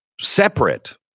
separate